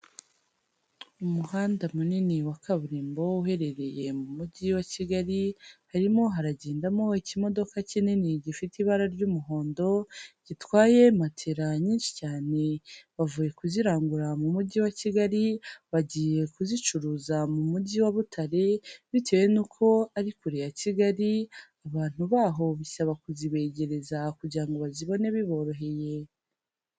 Umuhanda munini wa kaburimbo uherereye mu mujyi wa kigali harimo haragendamo ikimodoka kinini gifite ibara ry'umuhondo gitwaye matela nyinshi cyane bavuye kuzirangura mu mujyi wa Kigali bagiye kuzicuruza mu mujyi wa Butare bitewe n'uko ari kure ya Kigali abantu baho bisaba kuzibegereza kugira ngo bazibone biboroheye.